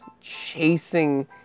chasing